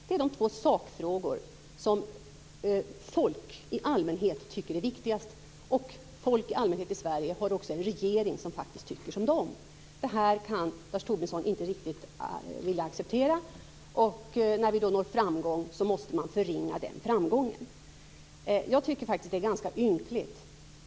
Det är de två sakfrågor som folk i allmänhet tycker är viktigast, och folk i allmänhet i Sverige har också en regering som faktiskt tycker som de. Det här vill Lars Tobisson inte riktigt acceptera, och när vi når framgång måste han därför förringa den framgången. Jag tycker att detta är ganska ynkligt.